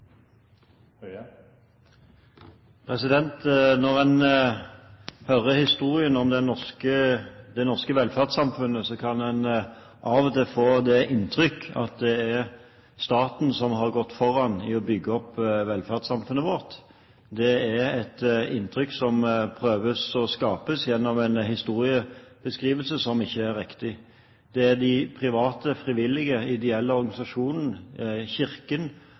til. Når en hører historien om det norske velferdssamfunnet, kan en av og til få det inntrykk at det er staten som har gått foran når det gjelder å bygge opp velferdssamfunnet vårt. Det er et inntrykk som en prøver å skape gjennom en historiebeskrivelse som ikke er riktig. Det er de private frivillige ideelle